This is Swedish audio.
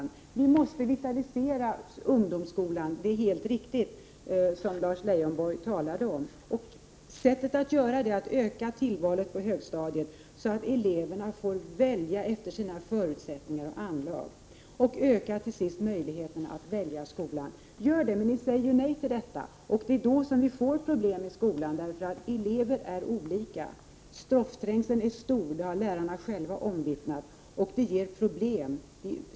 Det är helt riktigt att vi måste vitalisera ungdomsskolan, som Lars Leijonborg talade om. Det gör man genom att öka tillvalsmöjligheterna på högstadiet, så att eleverna får välja efter sina förutsättningar och anlag. Och, till sist, öka möjligheten att välja skola! Ni säger ju nej till det, och det är då som vi får problem i skolan. Elever är nämligen olika. Stoffträngseln är stor — det har lärarna själva omvittnat — och det ger problem.